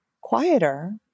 quieter